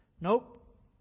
nope